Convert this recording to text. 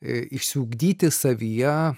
išsiugdyti savyje